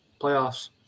playoffs